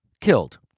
killed